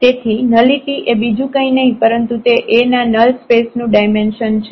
તેથી નલીટી એ બીજું કઈ નહિ પરંતુ તે A ના નલ સ્પેસ નું ડાયમેન્શન છે